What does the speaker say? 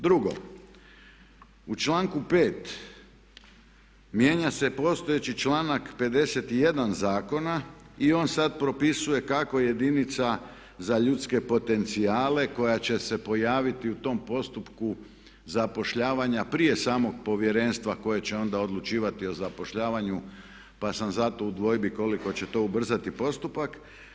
Drugo, u članku 5. mijenja se postojeći članak 51. zakona i on sad propisuje kako jedinica za ljudske potencijale koja će se pojaviti u tom postupku zapošljavanja prije samog povjerenstva koje će onda odlučivati o zapošljavanju pa sam zato u dvojbi koliko će to ubrzati postupak.